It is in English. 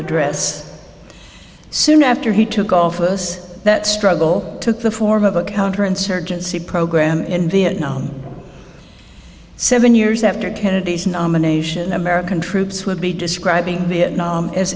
address soon after he took office that struggle took the form of a counterinsurgency program in vietnam seven years after kennedy's nomination american troops would be describing vietnam as